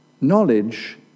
Knowledge